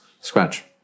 scratch